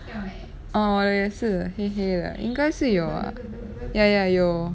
嗯我的也是黑黑的应该是有啊 ya ya 有